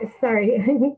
Sorry